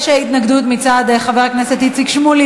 יש התנגדות מצד חבר הכנסת איציק שמולי.